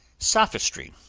sophistry,